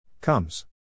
Comes